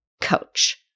coach